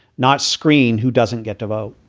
not screen who doesn't get to vote